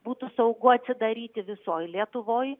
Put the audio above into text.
būtų saugu atsidaryti visoj lietuvoj